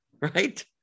right